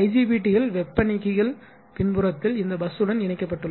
IGBT கள் வெப்ப நீக்கிகள் பின்புறத்தில் இந்த பஸ் உடன் இணைக்கப்பட்டுள்ளன